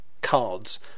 cards